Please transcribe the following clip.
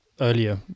earlier